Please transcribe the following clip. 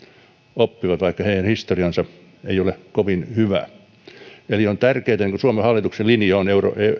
oppivat vaikka heidän historiansa ei ole kovin hyvä eli on tärkeätä niin kuin suomen hallituksen linja on